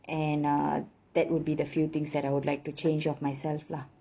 and err that would be the few things that I would like to change of myself lah